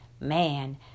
Man